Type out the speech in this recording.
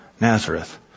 Nazareth